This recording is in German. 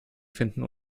finden